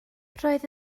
roedd